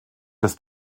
des